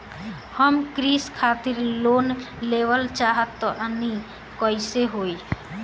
हम कृषि खातिर लोन लेवल चाहऽ तनि कइसे होई?